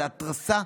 זו התרסה.